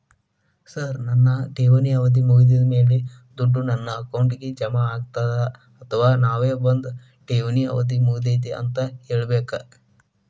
Sir ನನ್ನ ಠೇವಣಿ ಅವಧಿ ಮುಗಿದಮೇಲೆ, ದುಡ್ಡು ನನ್ನ ಅಕೌಂಟ್ಗೆ ಜಮಾ ಆಗುತ್ತ ಅಥವಾ ನಾವ್ ಬಂದು ಠೇವಣಿ ಅವಧಿ ಮುಗದೈತಿ ಅಂತ ಹೇಳಬೇಕ?